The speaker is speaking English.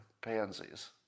pansies